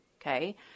okay